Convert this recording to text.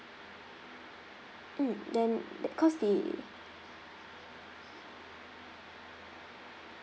mm then cause the